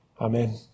Amen